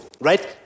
right